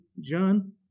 John